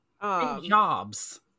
Jobs